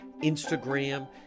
instagram